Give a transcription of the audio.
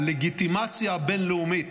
הלגיטימציה הבין-לאומית,